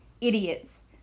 idiots